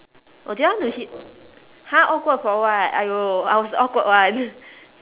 oh do you want to s~ !huh! awkward for what !aiyo! I was the awkward one